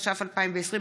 התש"ף 2020,